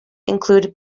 include